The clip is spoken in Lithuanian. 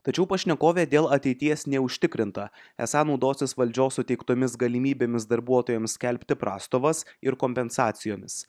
tačiau pašnekovė dėl ateities neužtikrinta esą naudosis valdžios suteiktomis galimybėmis darbuotojams skelbti prastovas ir kompensacijomis